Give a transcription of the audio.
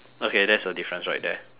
okay that's a difference right there